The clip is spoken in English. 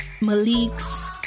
Malik's